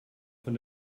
von